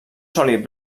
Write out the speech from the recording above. sòlid